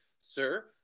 Sir